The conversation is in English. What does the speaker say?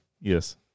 Yes